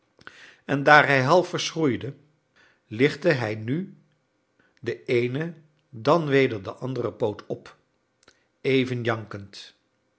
en daar hij half verschroeide lichtte hij nu den eenen en dan weder den anderen poot op even jankend